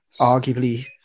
arguably